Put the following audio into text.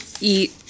eat